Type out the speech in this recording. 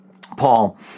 Paul